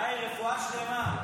יאיר, רפואה שלמה.